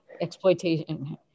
exploitation